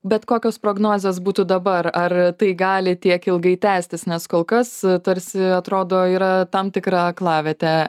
bet kokios prognozės būtų dabar ar tai gali tiek ilgai tęstis nes kol kas tarsi atrodo yra tam tikra aklavietė